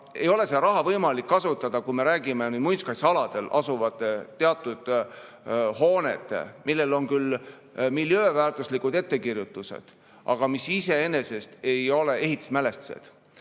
ei ole võimalik kasutada, kui me räägime muinsuskaitsealadel asuvatest hoonetest, millele kehtivad küll miljööväärtuslikud ettekirjutused, aga mis iseenesest ei ole ehitismälestised.